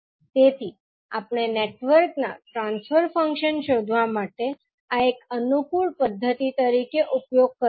તેથી આપણે નેટવર્કના ટ્રાન્સફર ફંક્શન શોધવા માટે આ એક અનુકૂળ પદ્ધતિ તરીકે ઉપયોગ કરીશું